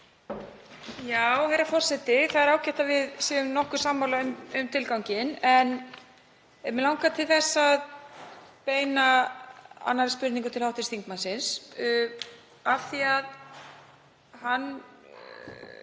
Herra forseti. Það er ágætt að við séum nokkuð sammála um tilganginn. En mig langar til að beina annarri spurningu til hv. þingmanns af því að hann